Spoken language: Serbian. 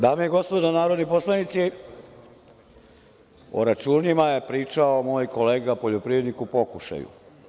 Dame i gospodo narodni poslanici, o računima je pričao moj kolega poljoprivrednik u pokušaju.